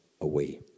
away